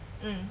mm